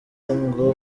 ngo